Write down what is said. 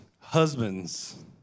Husbands